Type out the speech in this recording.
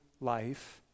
life